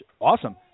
Awesome